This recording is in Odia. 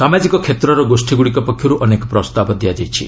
ସାମାଜିକ କ୍ଷେତ୍ରର ଗୋଷ୍ଠୀଗୁଡ଼ିକ ପକ୍ଷରୁ ଅନେକ ପ୍ରସ୍ତାବ ଦିଆଯାଇଛି